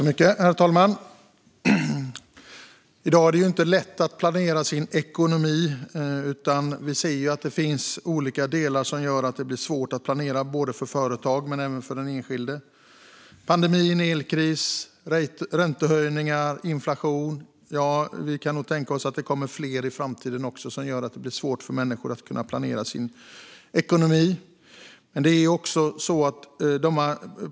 Herr talman! I dag är det inte lätt att planera sin ekonomi. Vi ser att det finns olika delar som gör att det blir svårt att planera både för företag och för den enskilde - pandemi, elpris, räntehöjningar och inflation. Ja, vi kan nog tänka oss att det kommer mer i framtiden som gör att det blir svårt för människor att planera sin ekonomi.